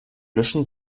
löschen